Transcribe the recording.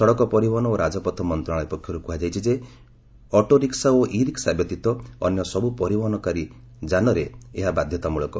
ସଡ଼କ ପରିବହନ ଓ ରାଜପଥ ମନ୍ତ୍ରଣାଳୟ ପକ୍ଷରୁ କୁହାଯାଇଛି ଅଟୋରିକ୍ନା ଓ ଇ ରିକ୍ନା ବ୍ୟତୀତ ଅନ୍ୟ ସବୁ ପରିବହନକାରୀ ଯାନରେ ଏହା ବାଧ୍ୟତାମୃଳକ